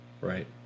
right